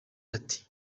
ati